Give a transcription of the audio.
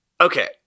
Okay